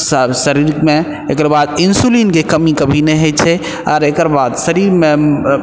शरीरमे एकर बाद इन्सुलिनके कमी कभी नहि होइ छै आओर एकर बाद शरीरमे